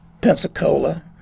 Pensacola